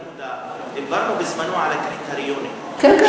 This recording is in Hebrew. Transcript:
דיברנו בזמנו על הקריטריונים, כן, כן.